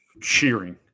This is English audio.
cheering